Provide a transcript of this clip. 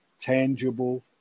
tangible